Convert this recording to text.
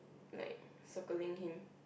like circling him